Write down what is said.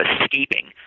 escaping